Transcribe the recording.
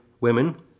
women